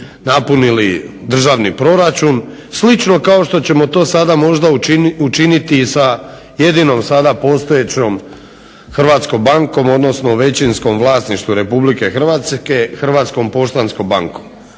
napunili državni proračun. Slično kao što ćemo to sada možda učiniti sa jedinom sada postojećom hrvatskom bankom, odnosno većinskom vlasništvu Republike Hrvatske – Hrvatskom poštanskom bankom